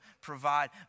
provide